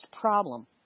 problem